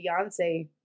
Beyonce